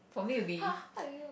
!huh! how are you